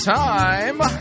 time